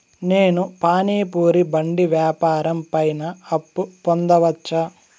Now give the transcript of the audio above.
నేను పానీ పూరి బండి వ్యాపారం పైన అప్పు పొందవచ్చా?